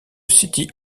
city